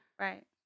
Right